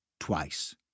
twice